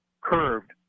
curved